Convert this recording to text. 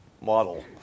model